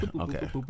okay